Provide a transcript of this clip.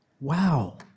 wow